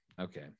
Okay